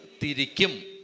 Tirikim